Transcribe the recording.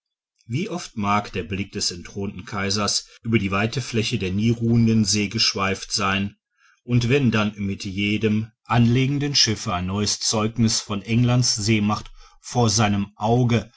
wie oft mag der blick des entthronten kaisers über die weite fläche der nie ruhenden see geschweift sein und wenn dann mit jedem anlegenden schiffe ein neues zeugniß von englands seemacht vor seinem auge